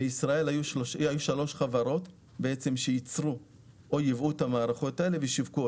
בישראל היו שלוש חברות שייצרו או ייבאו את המערכות הללו ושיווקו אותן.